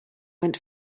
went